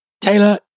Taylor